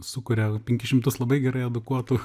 sukuria penkis šimtus labai gerai edukuotų